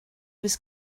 was